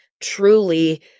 truly